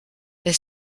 est